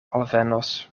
alvenos